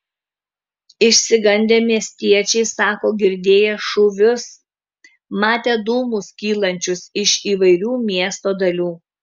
išsigandę miestiečiai sako girdėję šūvius matę dūmus kylančius iš įvairių miesto dalių